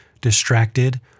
distracted